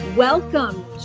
Welcome